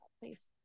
Please